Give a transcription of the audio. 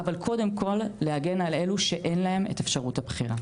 אבל קודם כל להגן על אילו שאין להן את אפשרות הבחירה.